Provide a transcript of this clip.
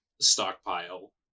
stockpile